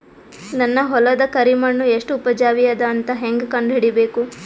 ನನ್ನ ಹೊಲದ ಕರಿ ಮಣ್ಣು ಎಷ್ಟು ಉಪಜಾವಿ ಅದ ಅಂತ ಹೇಂಗ ಕಂಡ ಹಿಡಿಬೇಕು?